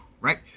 Right